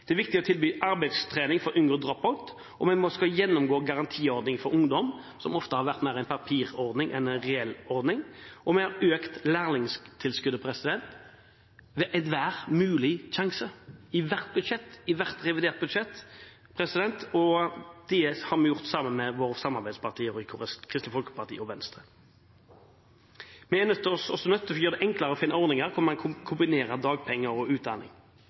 Det er viktig å tilby arbeidstrening for å unngå drop-out, og vi skal gjennomgå garantiordningen for ungdom, som ofte har vært mer en papirordning enn en reell ordning, og vi har økt lærlingtilskuddet ved enhver mulig sjanse – i hvert budsjett, i hvert revidert budsjett. Det har vi gjort sammen med våre samarbeidspartier, Kristelig Folkeparti og Venstre. Vi er også nødt til å gjøre det enklere å finne ordninger der man kan kombinere dagpenger og utdanning.